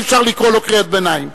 אי-אפשר לקרוא לו קריאות ביניים.